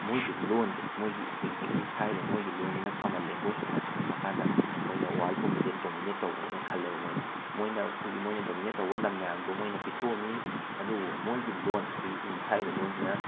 ꯃꯣꯏꯒꯤ ꯂꯣꯟꯁꯦ ꯃꯣꯏꯒꯤ ꯑꯩꯈꯣꯏ ꯏꯪꯂꯤꯁ ꯍꯥꯏꯔꯤꯕ ꯃꯣꯏꯒꯤ ꯂꯣꯟꯁꯤꯅ ꯀꯝꯃꯜ ꯂꯦꯡꯒꯣꯏꯁ ꯑꯣꯏꯅ ꯊꯝꯃꯀꯥꯟꯗ ꯃꯣꯏꯅ ꯋꯥꯜ ꯄꯨꯝꯕꯁꯦ ꯗꯣꯃꯤꯅꯦꯠ ꯇꯧꯕꯅꯦꯅ ꯈꯜꯂꯦꯕ ꯃꯣꯏꯅ ꯃꯣꯏꯅ ꯑꯩꯈꯣꯏꯒꯤ ꯃꯣꯏꯅ ꯗꯣꯃꯤꯅꯦꯠ ꯇꯧꯕ ꯂꯝ ꯃꯌꯥꯝꯗꯣ ꯃꯣꯏꯅ ꯄꯤꯊꯣꯛꯑꯝꯃꯤ ꯑꯗꯨꯕꯨ ꯃꯣꯏꯒꯤ ꯂꯣꯟ ꯑꯩꯈꯣꯏꯒꯤ ꯏꯪꯂꯤꯁ ꯍꯥꯏꯔꯤꯕ ꯂꯣꯟꯁꯤꯅ